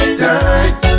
time